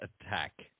attack